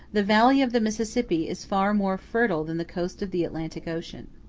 the valley of the mississippi is far more fertile than the coast of the atlantic ocean.